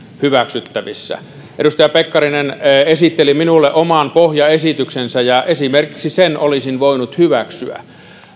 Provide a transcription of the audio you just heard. hyväksyttävissä edustaja pekkarinen esitteli minulle oman pohjaesityksensä ja esimerkiksi sen olisin voinut hyväksyä